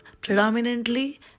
predominantly